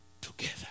together